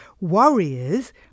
warriors